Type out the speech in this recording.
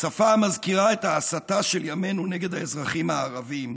בשפה המזכירה את ההסתה של ימינו נגד האזרחים הערבים,